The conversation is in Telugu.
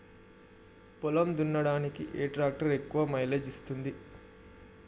పొలం దున్నడానికి ఏ ట్రాక్టర్ ఎక్కువ మైలేజ్ ఇస్తుంది?